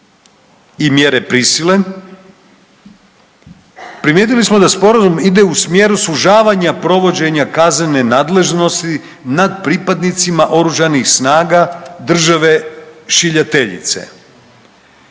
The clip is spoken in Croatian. i mjere prisile, primijetili smo da Sporazum ide u smjeru sužavanja provođenja kaznene nadležnosti nad pripadnicima OS-a države šiljateljice.